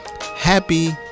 Happy